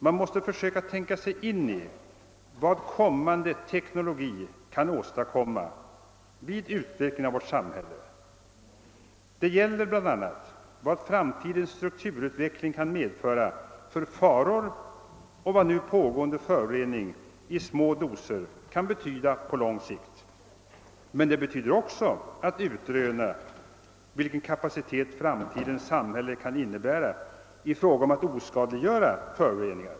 Man måste försöka tänka sig in i vad kommande teknologi kan åstadkomma vid utvecklingen av vårt samhälle. Det gäller bl.a. vad framtidens strukturutveckling kan medföra för faror och vad nu pågående föroreningar i små doser kan betyda på lång sikt. Men det betyder också att utröna vilken kapacitet framtidens samhälle kan få i fråga om att oskadliggöra föroreningar.